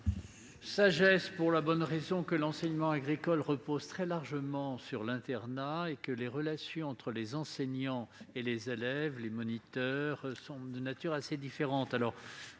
Assemblée, pour la bonne raison que l'enseignement agricole repose très largement sur l'internat et que les relations entre les enseignants, les élèves et les moniteurs y sont de nature assez différente.